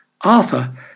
Arthur